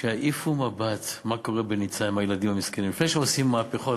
שיעיפו מבט מה קורה בניצן עם הילדים המסכנים לפני שעושים מהפכות.